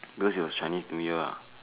because it was Chinese New Year lah